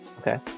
Okay